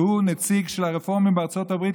שהוא נציג של הרפורמים בארצות הברית,